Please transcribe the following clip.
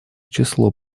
число